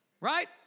right